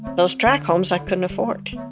those tract homes, i couldn't afford.